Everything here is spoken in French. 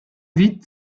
vite